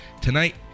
Tonight